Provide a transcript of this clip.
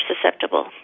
susceptible